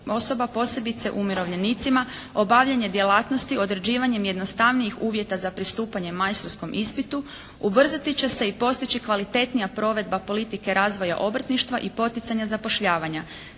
osoba, posebice umirovljenicima obavljanje djelatnosti određivanjem jednostavnijih uvjeta za pristupanje majstorskom ispitu, ubrzati će se i postići kvalitetnija provedba politike razvoja obrtništva i poticanja zapošljavanja.